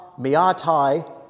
miatai